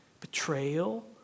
betrayal